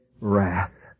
wrath